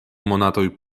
monatoj